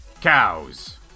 cows